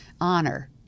honor